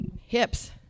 Hips